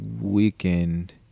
weekend